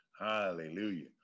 hallelujah